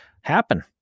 happen